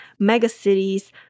megacities